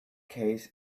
case